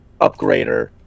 upgrader